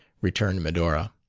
returned medora.